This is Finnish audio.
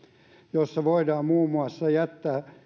jossa voidaan muun muassa jättää